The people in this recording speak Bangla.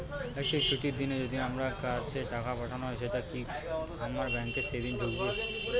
একটি ছুটির দিনে যদি আমার কাছে টাকা পাঠানো হয় সেটা কি আমার ব্যাংকে সেইদিন ঢুকবে?